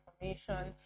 information